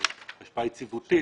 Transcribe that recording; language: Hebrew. השפעה יציבותית.